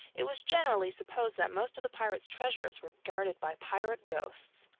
it was generally supposed that most of the pirates' treasures were guarded by pirate ghosts.